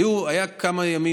היו כמה ימים,